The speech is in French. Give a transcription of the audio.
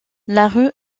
larue